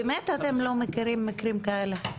באמת אתם לא מכירים מקרים כאלה?